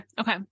okay